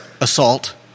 assault